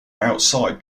outside